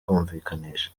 kumvikanisha